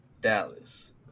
Dallas